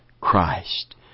Christ